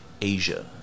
Asia